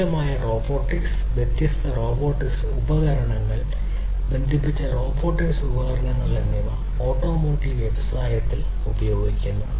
വിപുലമായ റോബോട്ടിക്സ് വ്യത്യസ്ത robotics robotic ഉപകരണങ്ങൾ ബന്ധിപ്പിച്ച റോബോട്ടിക് ഉപകരണങ്ങൾ എന്നിവ ഓട്ടോമോട്ടീവ് വ്യവസായങ്ങളിൽ ഉപയോഗിക്കുന്നു